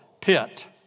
pit